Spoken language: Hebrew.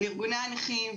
לארגוני הנכים,